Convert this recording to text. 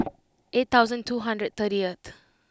eight thousand two hundred thirtieth